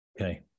Okay